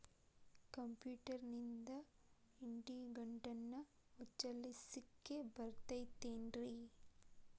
ಕಂಪ್ಯೂಟರ್ನಿಂದ್ ಇಡಿಗಂಟನ್ನ ಮುಚ್ಚಸ್ಲಿಕ್ಕೆ ಬರತೈತೇನ್ರೇ?